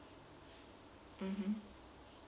mmhmm